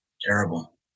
terrible